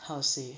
how to say